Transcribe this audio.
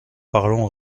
parlons